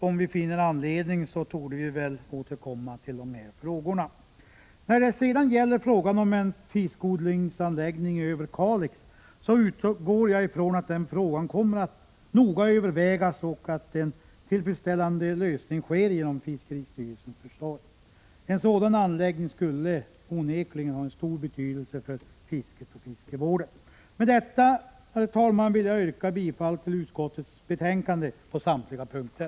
Om vi finner | anledning torde vi väl få tillfälle att återkomma till de här frågorna. | När det sedan gäller frågan om fiskodlingsanläggning i Överkalix utgår jag ifrån att den frågan kommer att noga övervägas och att en tillfredsställande lösning sker genom fiskeristyrelsens försorg. En sådan anläggning skulle onekligen ha en stor betydelse för fisket och fiskevården. | Med detta, herr talman, vill jag yrka bifall till utskottets hemställan på samtliga punkter.